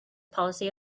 policy